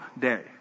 day